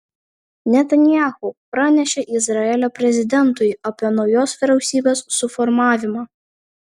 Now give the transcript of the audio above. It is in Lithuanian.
netanyahu pranešė izraelio prezidentui apie naujos vyriausybės suformavimą